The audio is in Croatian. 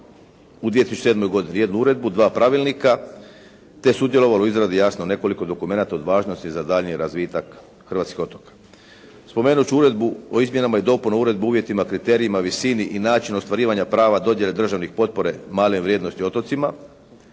u 2007. godini. Jednu uredbu, dva pravilnika te sudjelovalo u izradi jasno nekoliko dokumenata od važnosti za daljnji razvitak hrvatskih otoka. Spomenuti ću Uredbu o izmjenama i dopunama Uredbe o uvjetima kriterija, visini i načinu ostvarivanja prava dodjele državne potpore male vrijednosti otocima